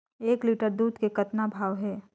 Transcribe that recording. एक लिटर दूध के कतका भाव हे?